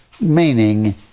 meaning